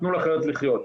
תנו לחיות לחיות,